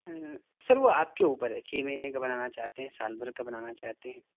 سر وہ آپ کے اوپر ہے چھ مہینے کا بنانا چاہتے ہیں سال بھر کا بنانا چاہتے ہیں